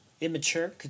immature